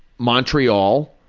montreal,